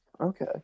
Okay